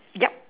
yup